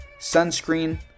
sunscreen